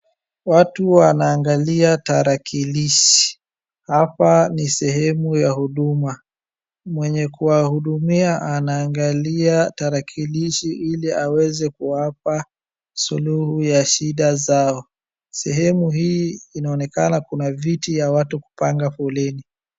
Watu wanaangalia tarakilishi. Hapa ni sehemu ya huduma. Mwenye kuwahudumia anaangalia tarakilishi ili aweze kuwapa suluhu ya shida zao. Sehemu hii inaonekana kuna viti ya watu kupanga foleni.